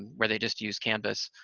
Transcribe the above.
where they just use canvas,